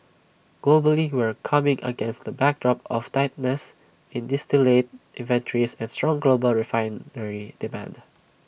globally we're coming against the backdrop of tightness in distillate inventories and strong global refinery demand